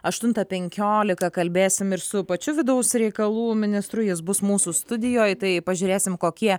aštuntą penkiolika kalbėsim ir su pačiu vidaus reikalų ministru jis bus mūsų studijoj tai pažiūrėsim kokie